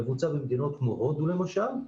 מבוצע במדינות כמו הודו למשל,